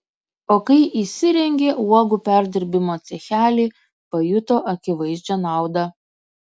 o kai įsirengė uogų perdirbimo cechelį pajuto akivaizdžią naudą